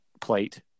plate